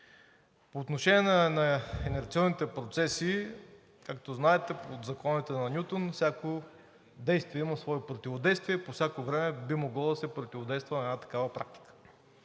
По отношение на инерционните процеси, както знаете, от законите на Нютон всяко действие има свое противодействие, по всяко време би могло да се противодейства на една такава практика.